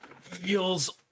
feels